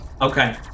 Okay